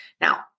Now